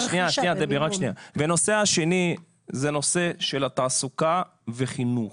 הנושא השני זה הנושא של תעסוקה וחינוך.